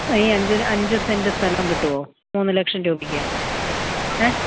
ഈ അഞ്ച് അഞ്ച് സെന്റ് സ്ഥലം കിട്ടുമോ ഈ മൂന്ന് ലക്ഷം രൂപയ്ക്ക് ഏ